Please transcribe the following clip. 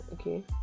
okay